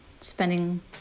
spending